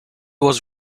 was